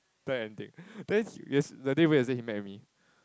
and take that day yesterday he met with me